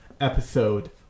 episode